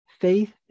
Faith